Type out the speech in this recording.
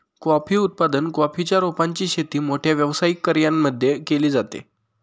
coffee उत्पादन, coffee च्या रोपांची शेती मोठ्या व्यावसायिक कर्यांमध्ये केली जाते